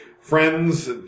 friends